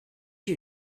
you